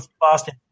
Boston